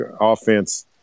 offense